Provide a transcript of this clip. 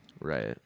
Right